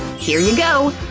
here you go.